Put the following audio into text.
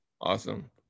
Awesome